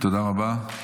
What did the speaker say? תודה רבה.